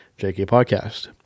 JKPODCAST